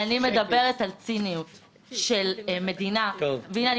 אני מדברת על ציניות של מדינה והנה,